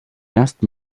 ersten